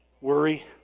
worry